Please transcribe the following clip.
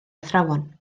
athrawon